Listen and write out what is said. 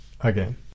again